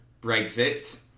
Brexit